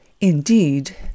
Indeed